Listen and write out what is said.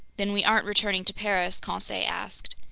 then we aren't returning to paris? conseil asked.